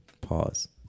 Pause